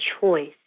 choice